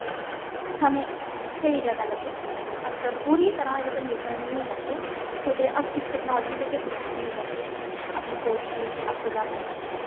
समें स्हेई जगह लग्गे अस पूरी तरह एहदे उप्पर निर्भर नेईं होई जाचै कुतै अस इस टैक्नालजी दे गै गुलाम नेईं होई जाचै अपनी सोच गी थोह्ड़ा खुल्लापन देचै